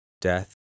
death